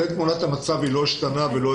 זאת תמונת המצב והיא לא השתנתה.